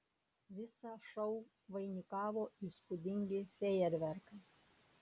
visą šou vainikavo įspūdingi fejerverkai